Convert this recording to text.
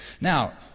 Now